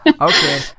Okay